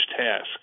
task